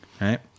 Right